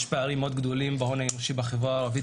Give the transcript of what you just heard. יש פערים מאוד גדולים בהון האנושי בחברה הערבית